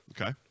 Okay